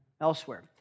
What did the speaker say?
elsewhere